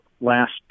last